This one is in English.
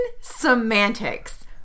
Semantics